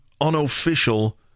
unofficial